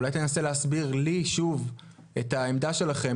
אולי תנסה להסביר לי שוב את העמדה שלכם